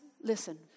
listen